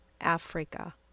Africa